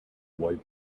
white